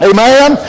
Amen